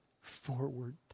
forward